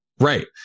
right